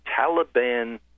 Taliban